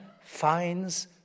finds